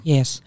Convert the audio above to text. Yes